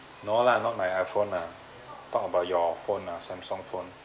no lah not my iphone ah talk about your phone lah Samsung phone